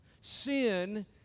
Sin